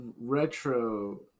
retro